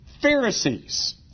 Pharisees